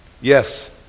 Yes